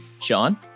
Sean